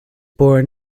born